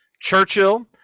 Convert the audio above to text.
Churchill